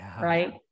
right